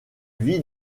vit